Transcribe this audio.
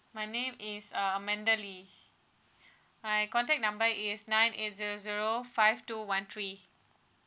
my name is uh amanda lee my contact number is nine eight zero zero five two one three